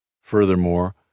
Furthermore